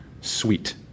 sweet